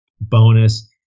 bonus